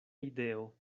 ideo